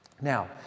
now